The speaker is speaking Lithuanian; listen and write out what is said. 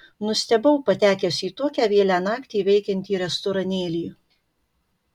nustebau patekęs į tokią vėlią naktį veikiantį restoranėlį